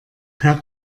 per